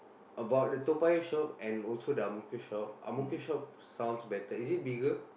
about the Toa-Payoh shop and also the Ang-Mo-Kio shop Ang-Mo-Kio shop sounds better is it bigger